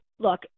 Look